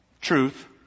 Truth